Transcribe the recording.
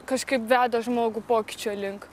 kažkaip veda žmogų pokyčio link